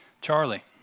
Charlie